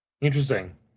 Interesting